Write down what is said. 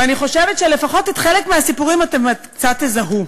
ואני חושבת שלפחות חלק מהסיפורים אתם קצת תזהו.